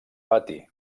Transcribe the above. pati